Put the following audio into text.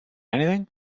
anything